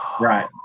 Right